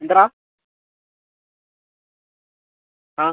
എന്താണ് എടാ ആ